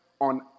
on